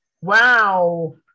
Wow